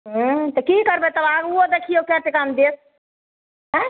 हूँ तऽ की करबय तब आगुओ देखियौ कए टाकामे देत आँइ